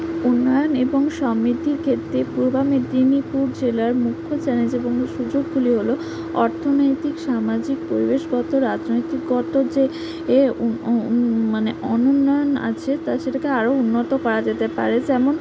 উন্নয়ন এবং সমৃদ্ধির ক্ষেত্রে পূর্ব মেদিনীপুর জেলার মুখ্য চ্যালেঞ্জ এবং সুযোগগুলি হল অর্থনৈতিক সামাজিক পরিবেশগত রাজনৈতিকগত যে মানে অনুন্নয়ন আছে তা সেটাকে আরো উন্নত করা যেতে পারে যেমন